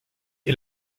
est